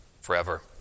forever